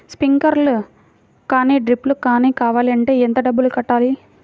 Sprinkler కానీ డ్రిప్లు కాని కావాలి అంటే ఎంత డబ్బులు కట్టాలి?